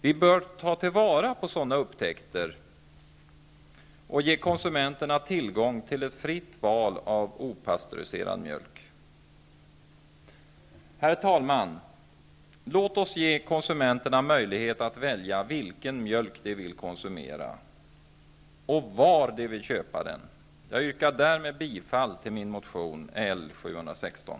Vi bör ta till vara sådana upptäckter och ge konsumenterna tillgång till ett fritt val när det gäller opastöriserad mjölk. Herr talman! Låt oss ge konsumenterna möjlighet att välja vilken mjölk de vill konsumera och var de skall köpa den. Jag yrkar med detta bifall till min motion L716.